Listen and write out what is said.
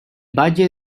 valle